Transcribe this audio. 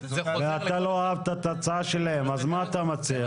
ואתה לא אהבת את ההצעה שלהם, אז מה אתה מציע?